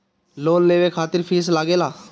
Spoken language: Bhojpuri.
लोन लेवे खातिर फीस लागेला?